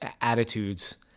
attitudes